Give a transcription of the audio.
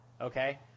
okay